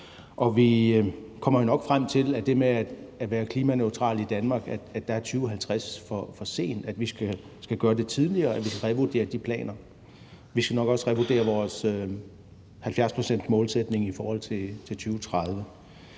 og vi kommer nok frem til, at i forhold til det med at være klimaneutral i Danmark er 2050 for sent. Altså at vi skal gøre det tidligere, og at vi skal revurdere de planer. Vi skal nok også revurdere vores 70-procentsmålsætning i forhold til 2030.